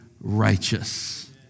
righteous